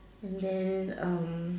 and then um